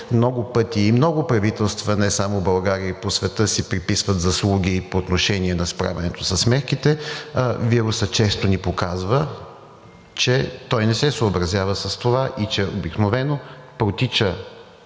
много пъти и много правителства не само в България, а и по света си приписват заслуги по отношение на справянето с мерките. Вирусът често ни показва, че той не се съобразява с това и че обикновено протича